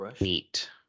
neat